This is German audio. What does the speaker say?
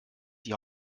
die